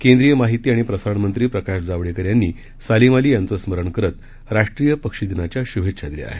केंद्रीय माहिती आणि प्रसारण मंत्री प्रकाश जावडेकर यांनी सालीम अली यांचं स्मरण करत राष्ट्रीय पक्षी दिनाच्या शुभेच्छा दिल्या आहेत